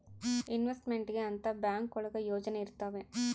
investment ಗೆ ಅಂತ bank ಒಳಗ ಯೋಜನೆ ಇರ್ತವೆ